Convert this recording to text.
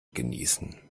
genießen